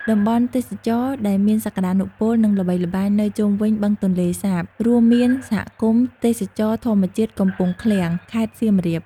តំបន់ទេសចរដែលមានសក្តានុពល និងល្បីល្បាញនៅជុំវិញបឹងទន្លេសាបរួមមានសហគមន៍ទេសចរណ៍ធម្មជាតិកំពង់ឃ្លាំង ខេត្តសៀមរាប។